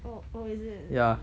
oh oh is it